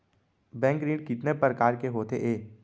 Bank ऋण कितने परकार के होथे ए?